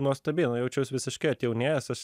nuostabiai nu jaučiaus visiškai atjaunėjęs